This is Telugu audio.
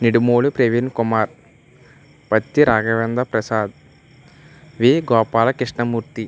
నిడుమోలు ప్రవీణ్ కుమార్ బత్తి రాఘవేంద్ర ప్రసాద్ వీ గోపాల క్రిష్ణమూర్తి